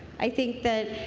i think